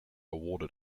awarded